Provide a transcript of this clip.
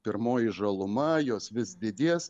pirmoji žaluma jos vis didės